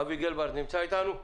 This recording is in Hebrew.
אבי גלברד נמצא אתנו?